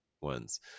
ones